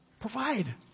provide